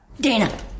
Dana